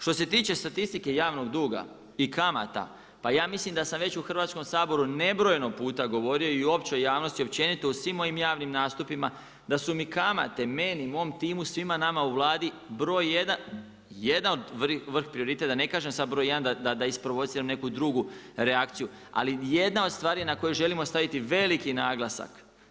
Što se tiče statistike javnog duga i kamata, pa ja mislim da sam već u Hrvatskom saboru nebrojeno puta govorio i o općoj javnosti općenito u svim mojim javnim nastupima da su mi kamate meni i mom timu, svima nama u Vladi broj jedan, jedan od vrh …, da ne kažem sada broj jedan da isprovociram neku drugu reakciju, ali jedna od stvari na koju želimo staviti veliki naglasak.